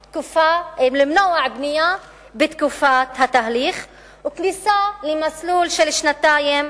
בנייה בתקופת התהליך וכניסה למסלול של שנתיים